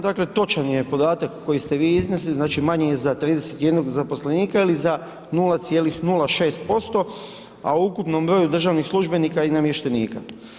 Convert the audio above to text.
Dakle, točan je podatak koji ste vi iznesli, znači manji je za 31 zaposlenika ili za 0,06%, a u ukupnom broju državnih službenika i namještenika.